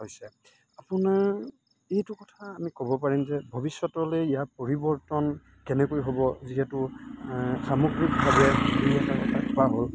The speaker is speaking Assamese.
হৈছে আপোনাৰ এইটো কথা আমি ক'ব পাৰিম যে ভৱিষ্যতলৈ ইয়াৰ পৰিৱৰ্তন কেনেকৈ হ'ব যিহেতু সামগ্ৰিকভাৱে এটা খোৱা হ'ল